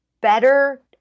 better